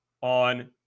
on